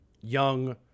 young